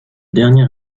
dernier